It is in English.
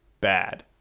bad